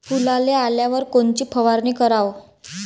फुलाले आल्यावर कोनची फवारनी कराव?